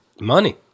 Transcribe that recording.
money